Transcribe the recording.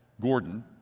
Gordon